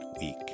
week